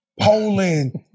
Poland